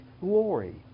glory